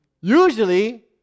Usually